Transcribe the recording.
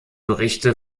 berichte